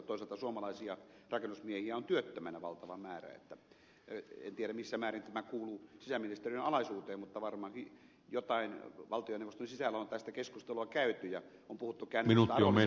toisaalta suomalaisia rakennusmiehiä on työttömänä valtava määrä että en tiedä missä määrin tämä kuuluu sisäministeriön alaisuuteen mutta varmaankin jotain valtioneuvoston sisällä on tästä keskustelua käyty ja on puhuttu käännetystä arvonlisäverosta myös